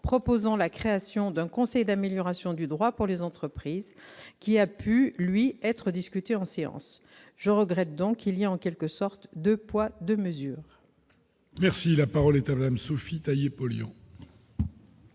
proposant la création d'un conseil d'amélioration du droit pour les entreprises qui a pu lui être discuté en séance, je regrette, donc il y a en quelque sorte 2 poids 2 mesures. Merci, la parole est à même, Sophie Calle polio.